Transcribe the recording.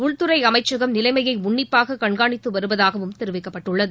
உள்துறை அமைச்சகம் நிலைமைய உன்னிப்பாக கண்காணித்து வருவதாக தெரிவிக்கப்பட்டுள்ளது